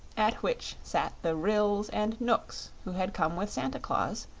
at which sat the ryls and knooks who had come with santa claus,